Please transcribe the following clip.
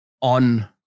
on